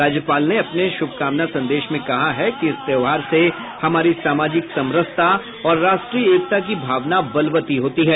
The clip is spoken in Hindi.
राज्यपाल ने अपने शुभकामना संदेश में कहा है कि इस त्योहार से हमारी सामाजिक समरसता और राष्ट्रीय एकता की भावना वलवती होती है